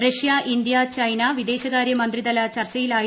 Russia India China വിദേശകാര്യമന്ത്രിതല ചർച്ചയിലായിരുന്നു